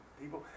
people